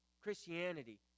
Christianity